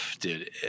dude